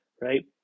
right